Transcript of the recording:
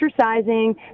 exercising